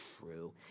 true